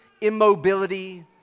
immobility